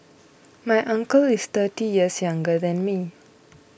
my uncle is thirty years younger than me